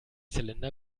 zylinder